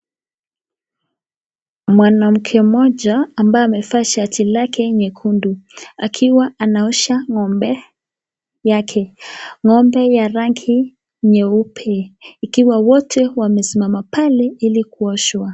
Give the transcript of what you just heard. Mwanamke mmoja ambaye amevaa shati lake nyekundu akiwa anaosha ng'ombe yake ng'ombe ya rangi nyeupe ikiwa wote wamesimama pale ili kuoshwa.